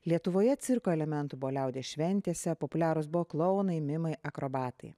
lietuvoje cirko elementų buvo liaudies šventėse populiarūs buvo klounai mimai akrobatai